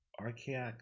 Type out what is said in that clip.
archaic